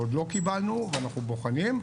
שעוד לא קיבלנו ואנחנו בוחנים,